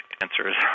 answers